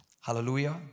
Hallelujah